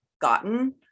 gotten